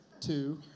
Two